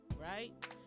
right